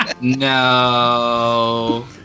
No